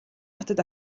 хотод